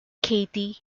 katie